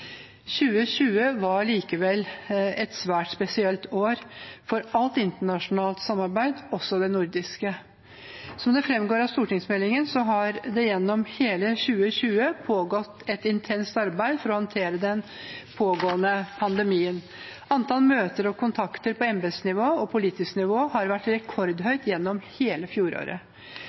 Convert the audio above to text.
2020 var likevel et svært spesielt år for alt internasjonalt samarbeid, også det nordiske. Som det fremgår av stortingsmeldingen, har det gjennom hele 2020 pågått et intenst arbeid for å håndtere den pågående pandemien. Antall møter og kontakter på embetsnivå og politisk nivå har vært rekordhøyt gjennom hele fjoråret.